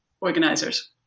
organizers